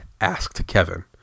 AskedKevin